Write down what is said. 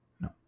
no